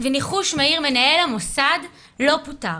וניחוש מהיר, מנהל המוסד לא פוטר.